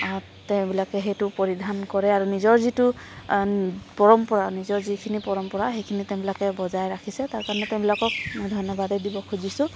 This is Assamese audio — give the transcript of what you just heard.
তেওঁবিলাকে সেইটো পৰিধান কৰে আৰু নিজৰ যিটো পৰম্পৰা নিজৰ যিখিনি পৰম্পৰা সেইখিনি তেওঁবিলাকে বজায় ৰাখিছে তাৰকাৰণে তেওঁবিলাকক মই ধন্যবাদেই দিব খুজিছোঁ